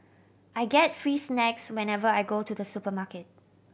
I get free snacks whenever I go to the supermarket